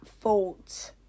fault